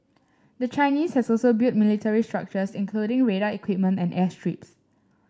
the Chinese has also built military structures including radar equipment and airstrips